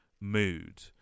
mood